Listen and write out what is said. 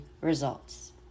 results